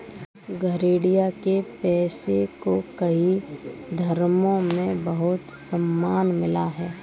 गरेड़िया के पेशे को कई धर्मों में बहुत सम्मान मिला है